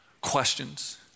questions